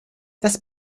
das